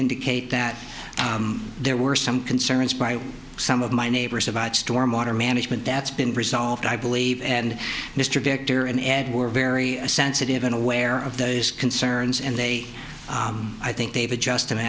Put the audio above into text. indicate that there were some concerns by some of my neighbors about storm water management that's been resolved i believe and mr victor and add were very sensitive and aware of those concerns and they i think they've adjusted a